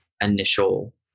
initial